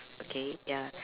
okay ya